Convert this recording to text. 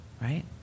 right